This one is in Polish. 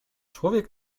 człowiek